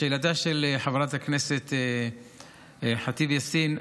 לשאלתה של חברת הכנסת ח'טיב יאסין,